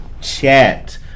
chat